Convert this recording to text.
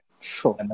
Sure